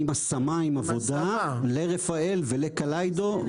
אלא עם השמה ועם עבודה ברפא"ל או בקליידו.